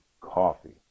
coffee